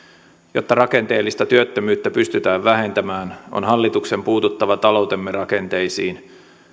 jotta rakenteellista työttömyyttä pystytään vähentämään on hallituksen puututtava taloutemme rakenteisiin